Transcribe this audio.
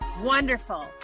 wonderful